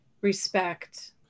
respect